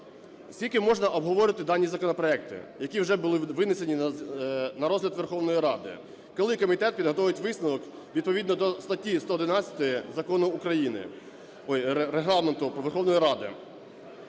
Скільки можна обговорювати дані законопроекти, які вже були винесені на розгляд Верховної Ради? Коли комітет підготовить висновок відповідно до статті 111 Закону України… ой, Регламенту Верховної Ради?